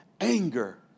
Anger